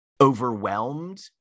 overwhelmed